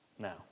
Now